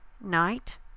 night